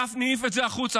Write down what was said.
גפני העיף את זה החוצה,